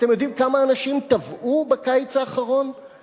אתם יודעים כמה אנשים טבעו בקיץ האחרון,